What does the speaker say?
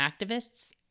activists